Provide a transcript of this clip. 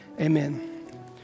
Amen